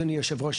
אדוני היושב-ראש,